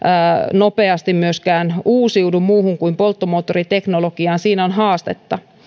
nopeasti myöskään uusiudu muuhun kuin polttomoottoriteknologiaan siinä on haastetta